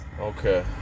okay